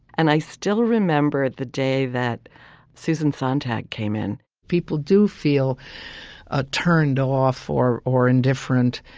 and i still remember the day that susan sontag came in people do feel ah turned off or or indifferent